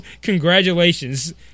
congratulations